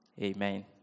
Amen